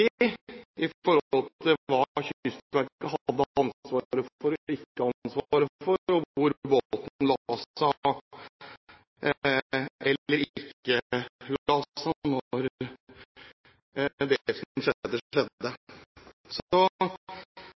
i forhold til hva Kystverket hadde ansvaret for og ikke ansvaret for, og hvor båten la seg eller ikke la seg da det som skjedde, skjedde. Jeg synes det